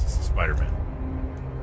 Spider-Man